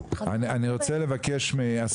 אני אשמח לשמוע אתכם.